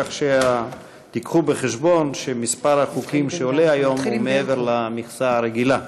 כך שתיקחו בחשבון שמספר החוקים שעולים היום הוא מעבר למכסה הרגילה.